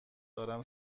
دارم